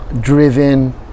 Driven